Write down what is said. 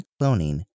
cloning